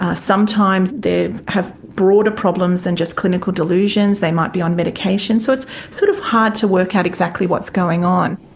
ah sometimes they have broader problems than just clinical delusions they might be on medication, so it's sort of hard to work out exactly what's going on.